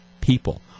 people